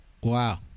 Wow